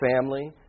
family